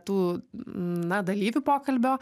tų na dalyvių pokalbio